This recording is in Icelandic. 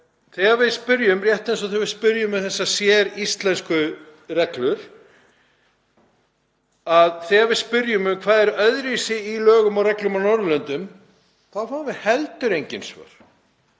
þegar við spyrjum, rétt eins og þegar við spyrjum um þessar séríslensku reglur, þegar við spyrjum hvað sé öðruvísi í lögum og reglum annars staðar á Norðurlöndum, fáum við heldur engin svör